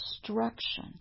destruction